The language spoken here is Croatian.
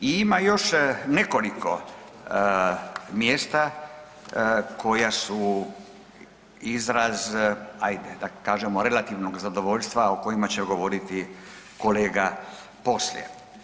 I ima još nekoliko mjesta koja su izraz, ajde da kažemo relativnog zadovoljstva o kojima će govoriti kolega poslije.